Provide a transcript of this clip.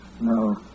No